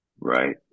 Right